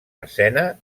escena